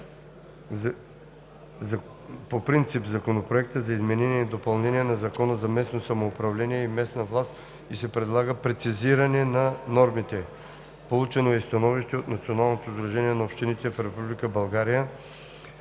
по принцип Законопроектът за изменение и допълнение на Закона за местното самоуправление и местната администрация и се предлага прецизиране на нормите. Получено е и становище от Националното сдружение на общините в Република